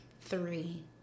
three